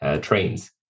trains